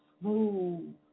smooth